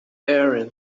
erin